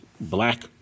Black